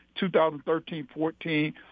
2013-14